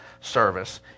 service